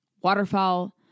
waterfowl